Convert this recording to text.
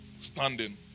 standing